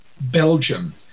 Belgium